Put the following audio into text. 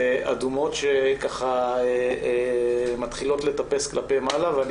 חברות אדומות שמתחילות לטפס כלפי מעלה ואני